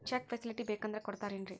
Check facility ಬೇಕಂದ್ರ ಕೊಡ್ತಾರೇನ್ರಿ?